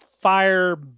fire